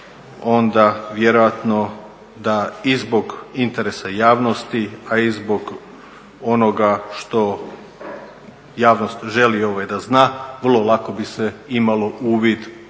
onda vjerojatno da i zbog interesa javnosti a i zbog onoga što javnost želi da zna vrlo lako bi se imalo uvid u